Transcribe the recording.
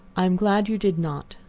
i am glad you did not.